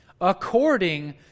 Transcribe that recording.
according